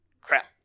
Crap